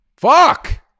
Fuck